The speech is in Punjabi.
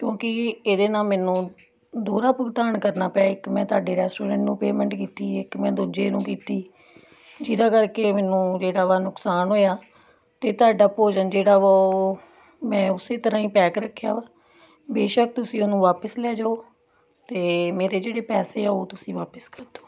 ਕਿਉਂਕਿ ਇਹਦੇ ਨਾਲ ਮੈਨੂੰ ਦੋਹਰਾ ਭੁਗਤਾਨ ਕਰਨਾ ਪਿਆ ਇੱਕ ਮੈਂ ਤੁਹਾਡੇ ਰੈਸਟੋਰੈਂਟ ਨੂੰ ਪੇਮੈਂਟ ਕੀਤੀ ਇੱਕ ਮੈਂ ਦੂਜੇ ਨੂੰ ਕੀਤੀ ਜਿਹਦਾ ਕਰਕੇ ਮੈਨੂੰ ਜਿਹੜਾ ਵਾ ਨੁਕਸਾਨ ਹੋਇਆ ਅਤੇ ਤੁਹਾਡਾ ਭੋਜਨ ਜਿਹੜਾ ਵਾ ਉਹ ਮੈਂ ਉਸੇ ਤਰ੍ਹਾਂ ਹੀ ਪੈਕ ਰੱਖਿਆ ਵਾ ਬੇਸ਼ੱਕ ਤੁਸੀਂ ਉਹਨੂੰ ਵਾਪਸ ਲੈ ਜਾਉ ਅਤੇ ਮੇਰੇ ਜਿਹੜੇ ਪੈਸੇ ਆ ਉਹ ਤੁਸੀਂ ਵਾਪਸ ਕਰ ਦਿਉ